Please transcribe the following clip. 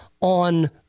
on